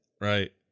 Right